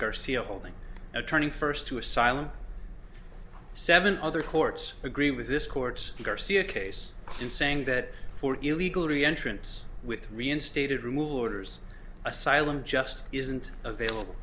garcia holding attorney first to asylum seven other courts agree with this court's garcia case in saying that for illegally entrance with reinstated removal orders asylum just isn't available